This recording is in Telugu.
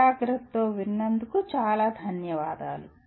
మీ దృష్టికి చాలా ధన్యవాదాలు